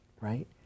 right